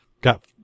got